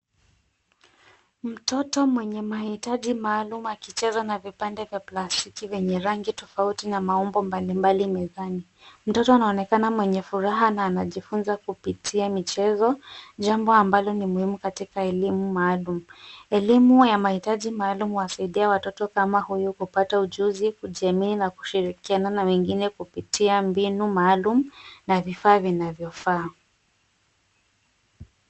Mtoto mwenye mahitaji maalum akicheza na vipande vya plastiki vyenye rangi tofauti na maumbo mbalimbali mezani. Mtoto anaonekana mwenye furaha na anajifunza kupitia michezo, jambo ambalo ni muhimu katika elimu maalum. Elimu ya mahitaji maalum huwasaidia watoto kama huyu kupata ujuzi, kujiamini na kushirikiana na wengine kupitia mbinu maalum na vifaa vinavyofaa.